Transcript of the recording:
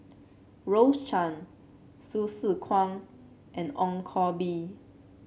Rose Chan Hsu Tse Kwang and Ong Koh Bee